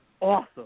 awesome